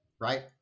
Right